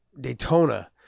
daytona